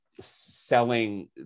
selling